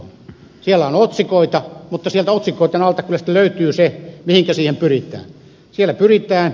siellä on otsikoita mutta sieltä otsikoitten alta kyllä löytyy se mihinkä sillä pyritään